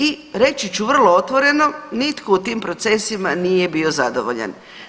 I reći ću vrlo otvoreno nitko u tim procesima nije bio zadovoljan.